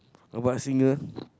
about the singer